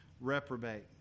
reprobate